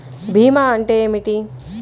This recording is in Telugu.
భీమా అంటే ఏమిటి?